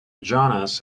jonas